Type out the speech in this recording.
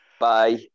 Bye